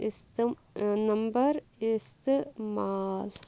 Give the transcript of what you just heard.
استم ٲں نمبَر استعمال